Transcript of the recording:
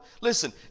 Listen